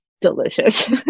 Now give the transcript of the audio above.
delicious